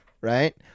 right